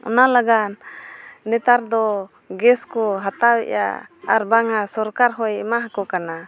ᱚᱱᱟ ᱞᱟᱹᱜᱤᱫ ᱱᱮᱛᱟᱨ ᱫᱚ ᱜᱮᱥ ᱠᱚ ᱦᱟᱛᱟᱣᱮᱫᱟ ᱟᱨ ᱵᱟᱠᱷᱟᱱ ᱥᱚᱨᱠᱟᱨ ᱦᱚᱭ ᱮᱢᱟᱠᱚ ᱠᱟᱱᱟ